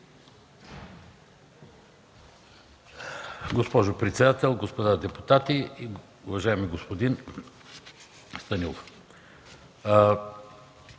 Госпожо председател, господа депутати! Уважаеми господин Станилов,